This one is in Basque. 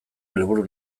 helburu